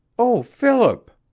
oh, philip!